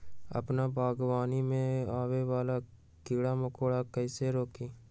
अपना बागवानी में आबे वाला किरा मकोरा के कईसे रोकी?